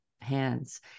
hands